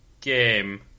game